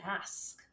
ask